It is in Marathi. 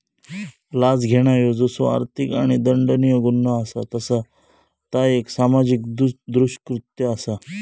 लाच घेणा ह्यो जसो आर्थिक आणि दंडनीय गुन्हो असा तसा ता एक सामाजिक दृष्कृत्य असा